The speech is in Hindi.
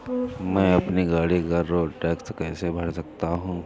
मैं अपनी गाड़ी का रोड टैक्स कैसे भर सकता हूँ?